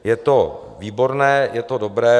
Je to výborné, je to dobré.